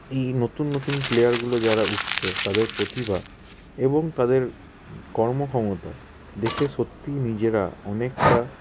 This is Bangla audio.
এই নতুন নতুন প্লেয়ারগুলো যারা উঠছে তাদের প্রতিভা এবং তাদের কর্মক্ষমতা দেখে সত্যিই নিজেরা অনেকটা